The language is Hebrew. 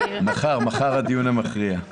מחר הדיון המכריע.